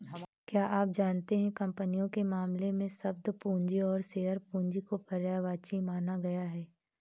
क्या आप जानते है कंपनियों के मामले में, शब्द पूंजी और शेयर पूंजी को पर्यायवाची माना गया है?